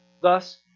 Thus